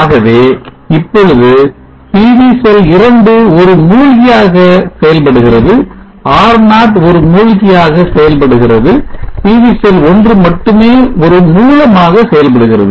ஆகவே இப்பொழுது PV cell 2 ஒரு மூழ்கியாக செயல்படுகிறது R0 ஒரு மூழ்கியாக செயல்படுகிறது PV செல் 1 மட்டுமே மூலமாக இருக்கிறது